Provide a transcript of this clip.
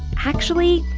actually,